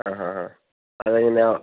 ഹ ഹ ഹ അത് കഴിഞ്ഞെന്നോ